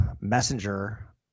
Messenger